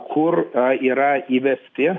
kur yra įvesti